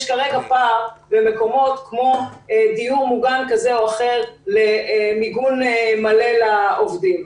יש כרגע פער במקומות כמו דיור מוגן כזה או אחר למיגון מלא לעובדים,